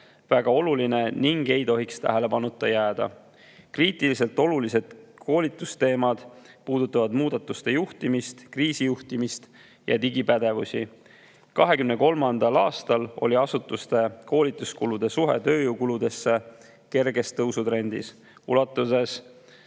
väga oluline ega tohiks tähelepanuta jääda. Kriitiliselt olulised koolitusteemad puudutavad muudatuste juhtimist, kriisijuhtimist ja digipädevusi. 2023. aastal oli asutuste koolituskulude suhe tööjõukuludesse kerges tõusutrendis ja ulatus